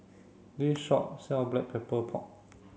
this shop sell black pepper pork